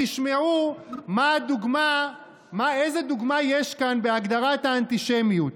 תשמעו איזו דוגמה יש כאן בהגדרת האנטישמיות.